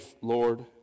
Lord